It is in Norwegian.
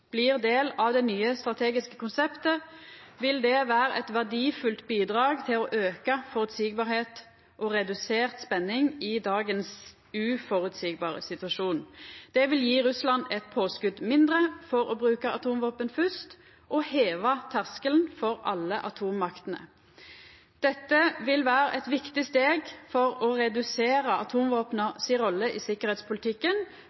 blir del av det nye strategiske konseptet, vil det vera eit verdifullt bidrag til auka føreseielegheit og redusert spenning i dagens uføreseielege situasjon. Det vil gje Russland eit påskot mindre for å bruka atomvåpen fyrst og heva terskelen for alle atommaktene. Dette vil vera eit viktig steg for å redusera